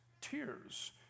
tears